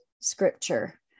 scripture